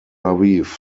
aviv